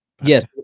Yes